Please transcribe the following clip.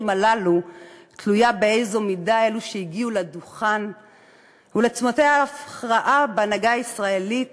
הללו תלויה במידה שאלו שהגיעו לדוכן ולצומתי ההכרעה בהנהגה הישראלית